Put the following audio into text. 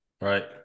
Right